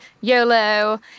YOLO